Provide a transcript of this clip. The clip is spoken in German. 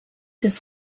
des